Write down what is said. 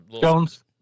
Jones